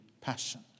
passion